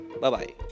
bye-bye